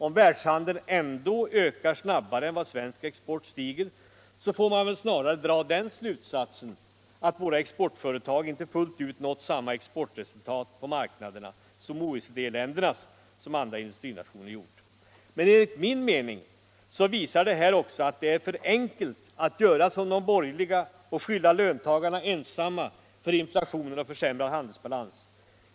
Om världshandeln ändå ökar snabbare än vad svensk export stigit, så får man snarare dra slutsatsen att våra exportföretag inte fullt ut nått samma exportresultat som exportföretagen inom andra industrinationer på OECD-ländernas marknader. Men enligt min mening visar detta också att det är för enkelt att göra som de borgerliga och skylla löntagarna ensamma för inflation och försämrad handelsbalans.